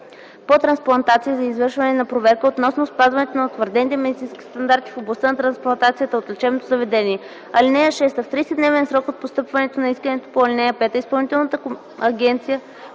по трансплантация за извършване на проверка относно спазването на утвърдените медицински стандарти в областта на трансплантацията от лечебното заведение. (6) В 30-дневен срок от постъпване на искането по ал. 5 Изпълнителната агенция